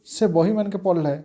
ସେ ବହି ମାନ୍ ଙ୍କେ ପଢ଼ଲେ